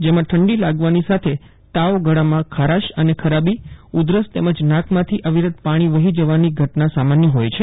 જેમાં ઠંડી લાગવાની સાથે તાવ ગળામાં ખારાશ અને ખરાબી ઉધરસ તેમજ નાકમાંથી અવિરત પાણી વહી જવાની ઘટના સામાન્ય હોય છે